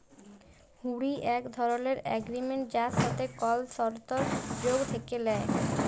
হুঁড়ি এক ধরলের এগরিমেনট যার সাথে কল সরতর্ যোগ থ্যাকে ল্যায়